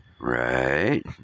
right